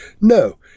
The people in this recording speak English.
No